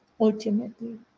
ultimately